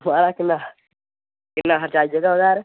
कि'न्ना खर्चा आई जाह्ग ओह्दे'र